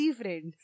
friend